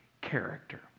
character